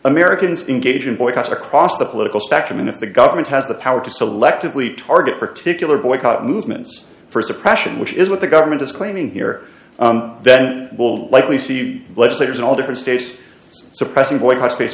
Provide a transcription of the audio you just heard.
americans engage in boycotts across the political spectrum and if the government has the power to selectively target particular boycott movements for suppression which is what the government is claiming here then we'll likely see legislators in all different states suppressing boycotts based